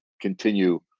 continue